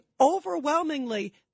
overwhelmingly